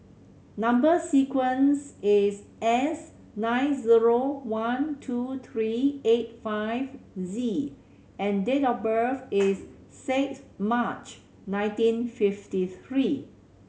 number sequence is S nine zero one two three eight five Z and date of birth is six March nineteen fifty three